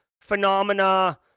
phenomena